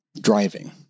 driving